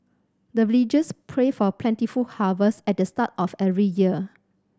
the villagers pray for plentiful harvest at the start of every year